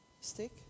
stick